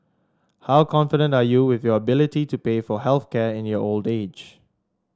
how confident are you with your ability to pay for health care in your old age